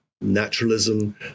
naturalism